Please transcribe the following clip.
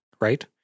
Right